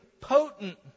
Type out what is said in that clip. potent